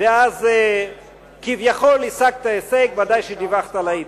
ואז כביכול השגת הישג, בוודאי שדיווחת לעיתון.